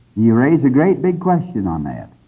yeah raises a great big question on that.